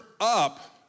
up